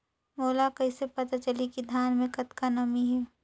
मोला कइसे पता चलही की धान मे कतका नमी हे?